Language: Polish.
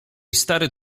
stary